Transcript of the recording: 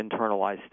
internalized